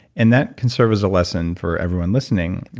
and that can serve as a lesson for everyone listening,